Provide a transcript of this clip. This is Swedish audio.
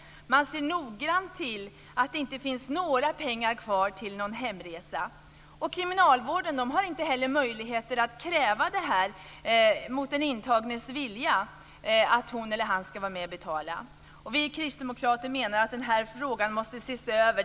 Man ser nogsamt till att det inte finns några pengar kvar till en hemresa. Kriminalvården har heller inte möjligheter att mot den intagnes vilja kräva att hon eller han ska vara med och betala. Vi kristdemokrater menar att den här frågan måste ses över.